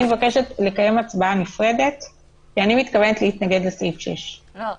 אני מבקשת לקיים הצבעה נפרדת כי אני מתכוונת להתנגד לסעיף 6. לא,